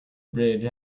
bridge